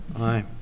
Aye